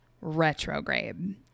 retrograde